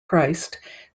christ